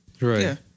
Right